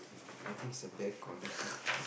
I think it's a bad corner